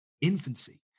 infancy